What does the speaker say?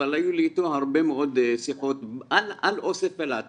אבל היו לי איתו הרבה מאוד שיחות על אוסף אילת,